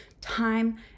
time